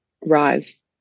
rise